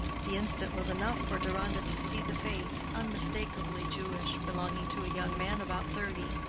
the instant was enough for deronda to see the face, unmistakably jewish, belonged to a young man about thirty,